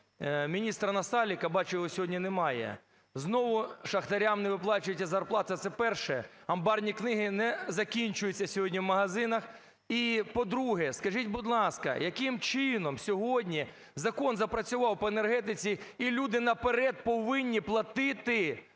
міністра Насалика, бачу, його сьогодні немає. Знову шахтарям не виплачується зарплата, це перше. Амбарні книги не закінчуються сьогодні в магазинах. І по-друге. Скажіть, будь ласка, яким чином сьогодні закон запрацював по енергетиці, і люди наперед повинні платити